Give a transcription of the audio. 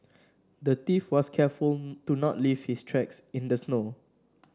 the thief was careful to not leave his tracks in the snow